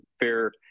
fair